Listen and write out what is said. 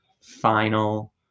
final